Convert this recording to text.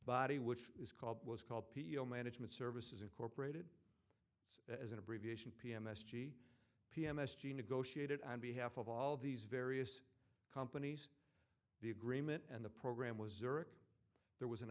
body which is called was called p o management services incorporated as an abbreviation pm s g pm s g negotiated on behalf of all these various companies the agreement and the program was or there was an